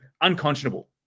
unconscionable